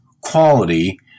quality